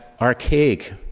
archaic